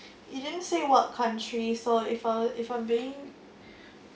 it didn't say what country so if I if I'm being